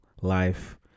life